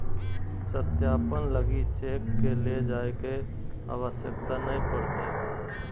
सत्यापन लगी चेक के ले जाय के आवश्यकता नय पड़तय